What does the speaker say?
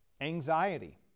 anxiety